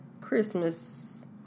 Christmas